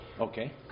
Okay